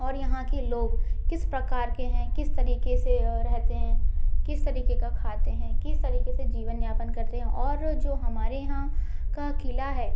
और यहाँ के लोग किस प्रकार के हैं किस तरीके से रहते हैं किस तरीके का खाते हैं किस तरीके से जीवन यापन करते हैं और जो हमारे यहाँ का किला है